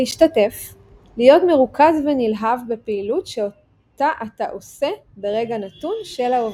להשתתף להיות מרוכז ונלהב בפעילות שאותה אתה עושה ברגע נתון של ההווה.